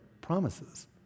promises